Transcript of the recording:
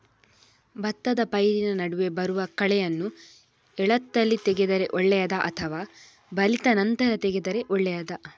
ಭತ್ತದ ಪೈರಿನ ನಡುವೆ ಬರುವ ಕಳೆಯನ್ನು ಎಳತ್ತಲ್ಲಿ ತೆಗೆದರೆ ಒಳ್ಳೆಯದಾ ಅಥವಾ ಬಲಿತ ನಂತರ ತೆಗೆದರೆ ಒಳ್ಳೆಯದಾ?